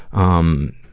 um,